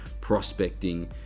prospecting